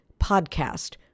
podcast